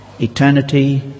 Eternity